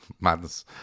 Madness